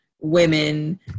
women